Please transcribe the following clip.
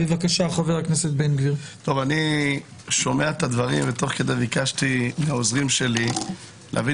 אני שומע את הדברים ותוך כדי ביקשתי מהעוזרים שלי להביא